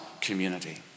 community